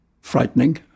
frightening